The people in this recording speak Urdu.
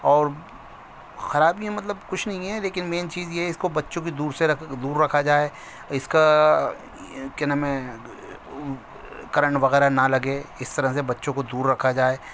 اور خرابیاں مطلب کچھ نہیں ہے لیکن مین چیز یہ ہے اس کو بچوں کے دور سے رکھ دور رکھا جائے اور اس کا کیا نام ہے کرنٹ وغیرہ نہ لگے اس طرح سے بچوں کو دور رکھا جائے